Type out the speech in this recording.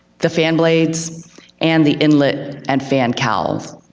the fan blades and the inlet and fan cowl.